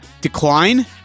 Decline